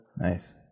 Nice